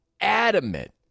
adamant